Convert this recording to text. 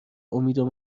امیدم